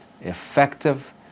effective